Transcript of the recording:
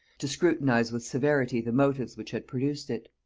to scrutinize with severity the motives which had produced it.